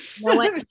no